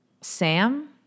Sam